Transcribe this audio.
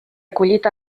acollit